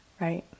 right